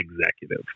executive